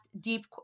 deep